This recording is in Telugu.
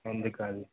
అందుకని